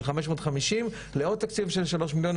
חמש מאות חמישים לעוד תקציב של שלוש מיליון.